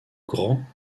grands